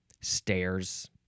stairs